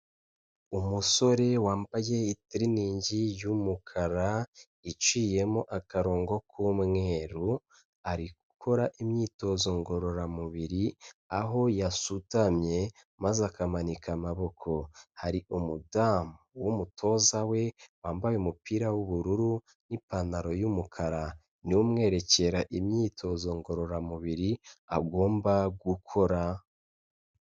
Umusore wambaye itiriningi y'umukara iciyemo akarongo k'umweru, arikora imyitozo ngororamubiri aho yasutamye maze akamanika amaboko, hari umudamu w'umutoza we wambaye umupira w'ubururu n'ipantaro y'umukara, niwe umwerekera imyitozo ngororamubiri agomba gukora.